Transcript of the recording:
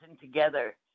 together